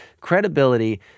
credibility